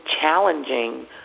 challenging